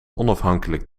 onafhankelijk